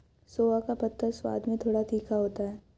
सोआ का पत्ता स्वाद में थोड़ा तीखा होता है